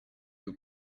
you